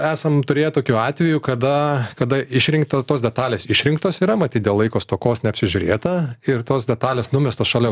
esam turėję tokių atvejų kada kada išrinkto tos detalės išrinktos yra matyt dėl laiko stokos neapsižiūrėta ir tos detalės numestos šalia